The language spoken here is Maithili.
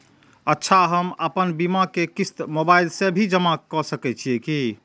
अच्छा हम आपन बीमा के क़िस्त मोबाइल से भी जमा के सकै छीयै की?